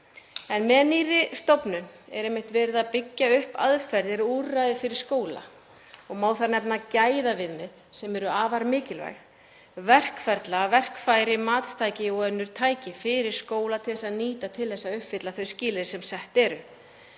Með nýrri stofnun er verið að byggja upp aðferðir og úrræði fyrir skóla og má þar nefna gæðaviðmið, sem eru afar mikilvæg, verkferla, verkfæri, matstæki og önnur tæki fyrir skólana að nýta til að uppfylla þau skilyrði sem sett eru.